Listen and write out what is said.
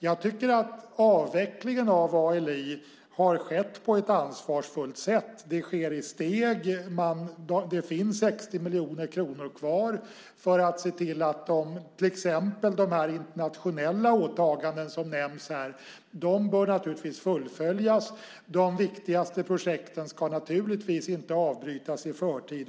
Jag tycker att avvecklingen av ALI har skett på ett ansvarsfullt sätt. Det sker i steg. Det finns 60 miljoner kronor kvar för att se till att till exempel de internationella åtaganden som nämns här kan fullföljas. De viktigaste projekten ska naturligtvis inte avbrytas i förtid.